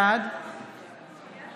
בעד מיכל רוזין,